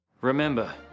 Remember